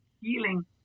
healing